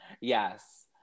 Yes